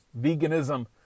veganism